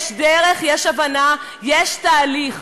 יש דרך, יש הבנה, יש תהליך.